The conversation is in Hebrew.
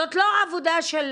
זאת לא עבודה של